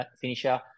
finisher